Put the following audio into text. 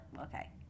okay